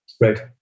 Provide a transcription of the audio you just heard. Right